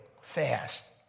fast